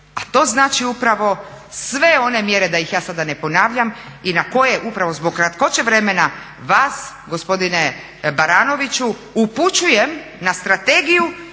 A to znači upravo sve one mjere, da ih sda ja ne ponavljam, i na koje upravo zbog kratkoće vremena vas gospodine Baranoviću upućujem na strategiju